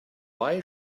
why